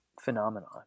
phenomenon